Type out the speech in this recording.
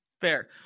fair